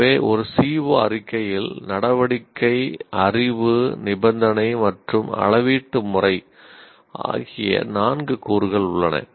எனவே ஒரு CO அறிக்கையில் நடவடிக்கை அறிவு நிபந்தனை மற்றும் அளவீட்டு முறை ஆகிய 4 கூறுகள் உள்ளன